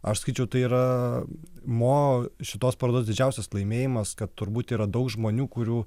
aš sakyčiau tai yra mo šitos parodos didžiausias laimėjimas kad turbūt yra daug žmonių kurių